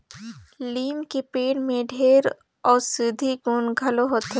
लीम के पेड़ में ढेरे अउसधी गुन घलो होथे